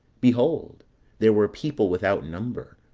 behold there were people without number,